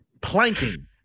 planking